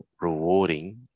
rewarding